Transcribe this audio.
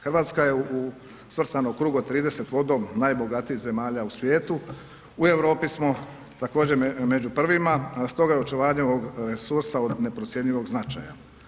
Hrvatska je svrstana u krugu od 30 vodom najbogatijih zemalja u svijetu, u Europi smo također među prvima stoga je očuvanje ovog resursa od neprocjenjivog značaja.